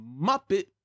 Muppet